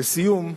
לסיום,